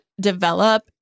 develop